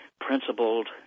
principled